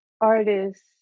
artists